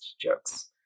jokes